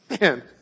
Man